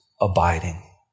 Abiding